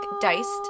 diced